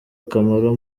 akamaro